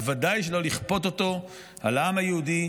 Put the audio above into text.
בוודאי שלא לכפות אותו על העם היהודי,